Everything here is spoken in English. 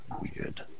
Weird